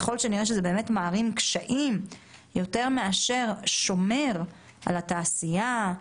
ככל שאני אראה שזה באמת מערים קשיים יותר מאשר שומר על התעשייה,